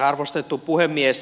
arvostettu puhemies